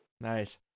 Nice